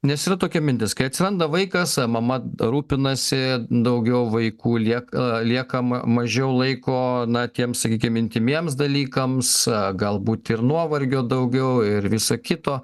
nes yra tokia mintis kai atsiranda vaikas mama rūpinasi daugiau vaiku lieka mažiau laiko na tiems sakykim intymiems dalykams galbūt ir nuovargio daugiau ir viso kito